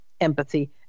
empathy